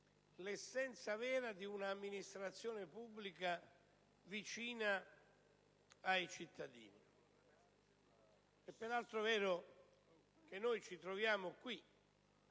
l'essenza vera di un'amministrazione pubblica vicina ai cittadini. È peraltro vero che ci troviamo a